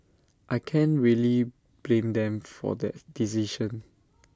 I can't really blame them for that decision